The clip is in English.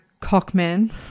Cockman